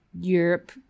Europe